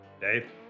Dave